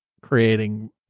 creating